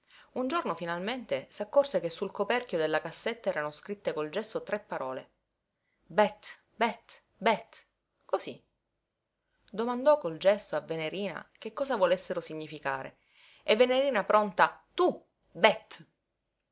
un giorno finalmente s'accorse che sul coperchio della cassetta erano scritte col gesso tre parole bet bet bet cosí domandò col gesto a venerina che cosa volessero significare e venerina pronta tu bet